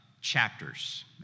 chapters